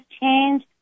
change